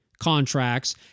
Contracts